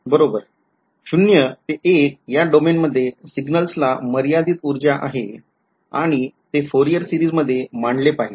बरोबर शून्य ते एक १ या डोमेन मध्ये सिग्नल्सला मर्यादित ऊर्जा आहे आणि ते फोरियार सिरीज मध्ये मांडले पाहिजे